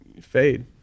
fade